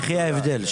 יחי ההבדל.